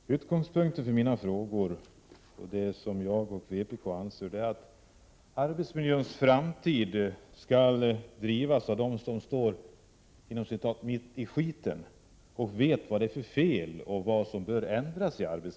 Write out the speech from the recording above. Herr talman! Utgångspunkten för mina frågor är det som jag och vpk anser, nämligen att frågorna om arbetsmiljöns framtid skall drivas av dem som ”står mitt i skiten” och vet vad det är för fel i arbetsmiljön och vad som bör ändras.